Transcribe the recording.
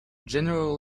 general